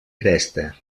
cresta